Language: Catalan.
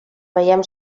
veiem